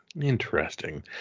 Interesting